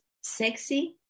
sexy